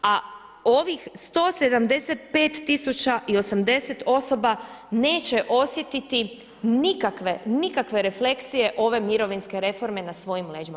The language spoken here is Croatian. A ovih 175 tisuća i 80 osoba neće osjetiti nikakve, nikakve refleksije ove mirovinske reforme na svojim leđima.